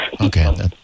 Okay